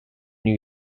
new